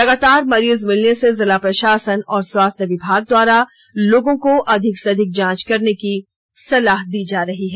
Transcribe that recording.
लगातार मरीज मिलने से जिला प्रशासन और स्वास्थ्य विभाग द्वारा लोगों को अधिक से अधिक जांच करने की सलाह दी जा रही है